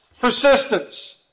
Persistence